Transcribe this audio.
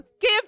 give